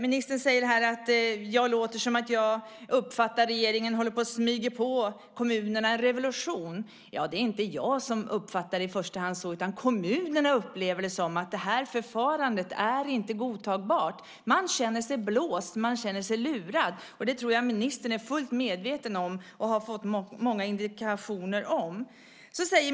Ministern säger att jag låter som att jag uppfattar att regeringen håller på att smyga på kommunerna en revolution. Det är inte i första hand jag som uppfattar det så, utan kommunerna upplever det som att detta förfarande inte är godtagbart. Man känner sig blåst och man känner sig lurad. Det tror jag att ministern är fullt medveten om och har fått många indikationer på.